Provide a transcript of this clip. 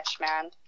man